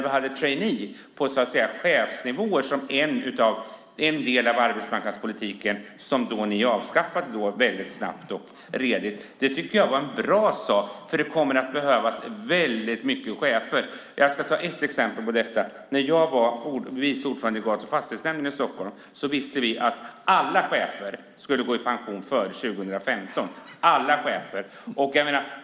Vi hade traineer på chefsnivåer som en del av arbetsmarknadspolitiken, men dem avskaffade ni väldigt snabbt. Jag tycker att det var en bra sak. Det kommer att behövas väldigt många chefer. Låt mig ta ett exempel på det. När jag var vice ordförande i gatu och fastighetsnämnden i Stockholm visste vi att alla chefer skulle gå i pension före 2015.